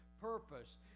purpose